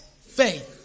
faith